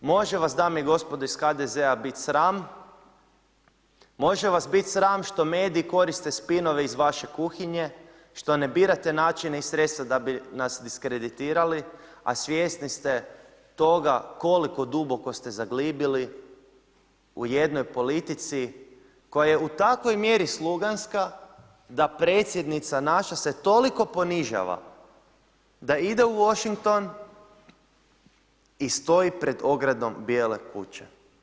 Može vas dame i gospodo iz HDZ-a biti sram, može vas biti sram što mediji koriste spinove iz vaše kuhinje što ne birate načine i sredstva da bi nas diskreditirali, a svjesni ste toga koliko duboko ste zaglibili u jednoj politici koja je u takvoj mjeri sluganska, da predsjednika naša se toliko ponižava, da ide u Wahinghton i stoji pred ogradom bijele kuće.